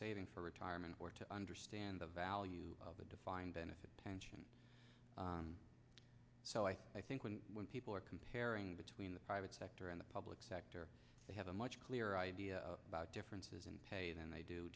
saving for retirement or to understand the value of a defined benefit pension so i think when when people are comparing between the private sector and the public sector they have a much clearer idea about differences in pay and